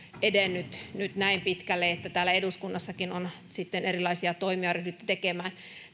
edennyt nyt näin pitkälle että täällä eduskunnassakin on sitten erilaisia toimia ryhdytty tekemään